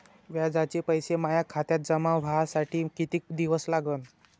व्याजाचे पैसे माया खात्यात जमा व्हासाठी कितीक दिवस लागन?